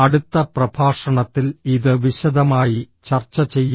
അടുത്ത പ്രഭാഷണത്തിൽ ഇത് വിശദമായി ചർച്ച ചെയ്യും